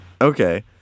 Okay